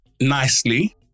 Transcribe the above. nicely